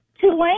Tulane